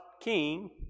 king